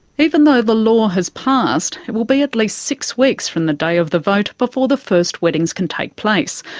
even though the law has passed, it will be at least six weeks from the day of the vote before the first weddings can take place,